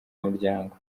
muryango